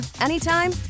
anytime